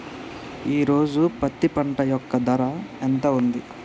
ఈ రోజు పత్తి పంట యొక్క ధర ఎంత ఉంది?